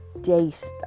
date